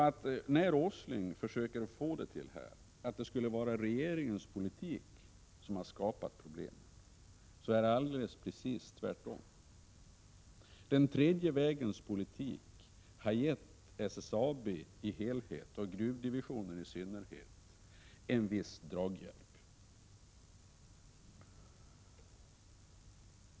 Nils G. Åsling försöker få det till att det är regeringens politik som har skapat problemen, men det är precis tvärtom. Den tredje vägens politik har gett SSAB i allmänhet och gruvdivisionen i synnerhet en viss draghjälp.